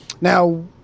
Now